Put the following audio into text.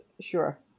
Sure